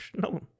no